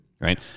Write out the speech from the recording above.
Right